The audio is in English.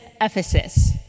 Ephesus